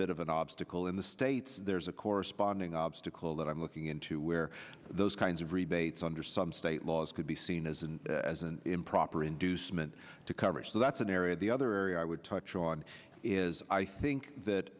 bit of an obstacle in the states there's a corresponding obstacle that i'm looking into where those kinds of rebates under some state laws could be seen as an as an improper inducement to cover so that's an area the other area i would touch on is i think that